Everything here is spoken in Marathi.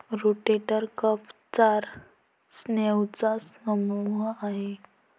रोटेटर कफ चार स्नायूंचा समूह आहे